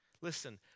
Listen